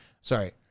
Sorry